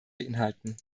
beinhalten